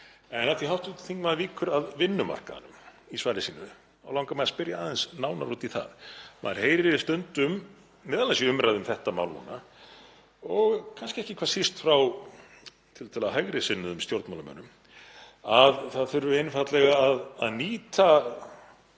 af því að hv. þingmaður víkur að vinnumarkaðnum í svari sínu þá langar mig að spyrja aðeins nánar út í það. Maður heyrir stundum, m.a. í umræðu um þetta mál núna, og kannski ekki hvað síst frá tiltölulega hægri sinnuðum stjórnmálamönnum, að það þurfi einfaldlega að nýta